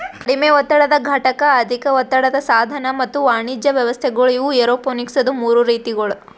ಕಡಿಮೆ ಒತ್ತಡದ ಘಟಕ, ಅಧಿಕ ಒತ್ತಡದ ಸಾಧನ ಮತ್ತ ವಾಣಿಜ್ಯ ವ್ಯವಸ್ಥೆಗೊಳ್ ಇವು ಏರೋಪೋನಿಕ್ಸದು ಮೂರು ರೀತಿಗೊಳ್